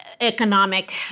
economic